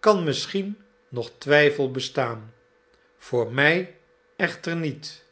kan misschien nog twijfel bestaan voor mij echter niet